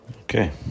Okay